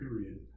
period